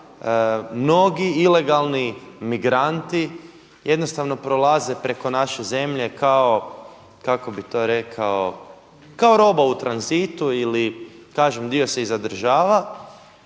mnogi ilegalni migranti jednostavno prolaze preko naše zemlje kao, kako bi to rekao, kao roba u tranzitu ili kažem dio se i zadržava,